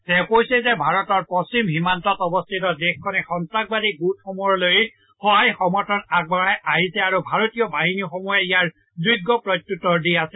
তেওঁ কয় যে ভাৰতৰ পশ্চিম সীমান্তত অৱস্থিত দেশখনে সন্তাসবাদী গোটসমূহলৈ সহায় সমৰ্থন আগবঢ়াই আহিছে আৰু ভাৰতীয় বাহিনীসমূহে ইয়াৰ যোগ্য প্ৰত্যাত্তৰত দি আহিছে